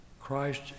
Christ